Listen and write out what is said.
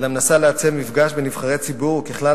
אלא מנסה לעצב מפגש בין נבחרי ציבור וכלל